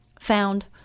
found